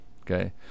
okay